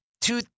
two